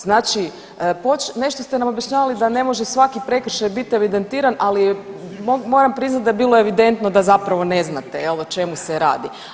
Znači, nešto ste nam objašnjavali da ne može svaki prekršaj bit evidentiran, ali je moram priznati da je bilo evidentno da zapravo ne znate o čemu se radi.